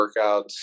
workouts